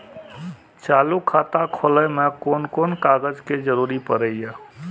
चालु खाता खोलय में कोन कोन कागज के जरूरी परैय?